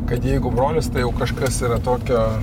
kad jeigu brolis tai jau kažkas yra tokio